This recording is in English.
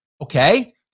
Okay